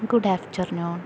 good after noon